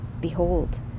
behold